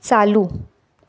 चालू